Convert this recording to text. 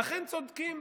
ואכן צודקים.